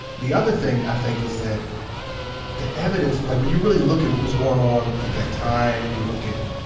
the other thing, i think, is that the evidence, like when you really look at what was going on at that time, you look at